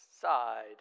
side